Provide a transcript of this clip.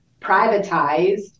privatized